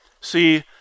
See